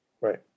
right